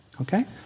Okay